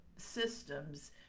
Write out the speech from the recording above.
systems